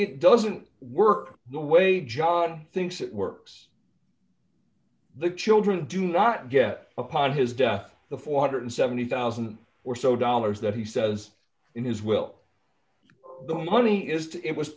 it doesn't work the way john thinks it works the children do not get upon his death the four hundred and seventy thousand dollars or so dollars that he says in his will the money is to it was